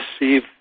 receive